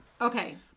Okay